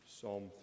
Psalm